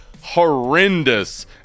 horrendous